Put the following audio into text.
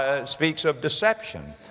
ah speaks of deception.